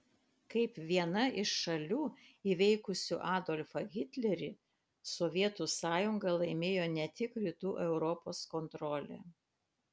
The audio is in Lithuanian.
kaip viena iš šalių įveikusių adolfą hitlerį sovietų sąjunga laimėjo ne tik rytų europos kontrolę